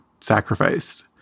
sacrifice